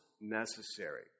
necessary